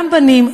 גם בנים,